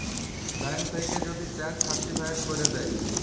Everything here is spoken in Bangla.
ব্যাংক থ্যাইকে যদি চ্যাক সার্টিফায়েড ক্যইরে দ্যায়